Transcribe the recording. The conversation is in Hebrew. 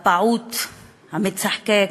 פעוט מצחקק,